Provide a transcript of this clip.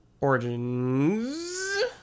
Origins